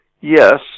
Yes